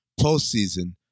Postseason